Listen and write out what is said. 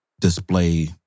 display